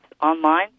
online